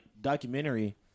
documentary